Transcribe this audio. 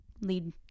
lead